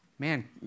man